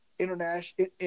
International